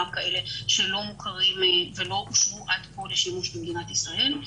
גם כאלה שלא מוכרים ולא אושרו עד כה לשימוש במדינת ישראל.